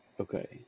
Okay